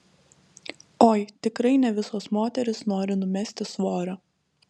oi tikrai ne visos moterys nori numesti svorio